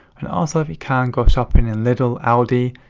and also if you can, go shopping in lidl, aldi,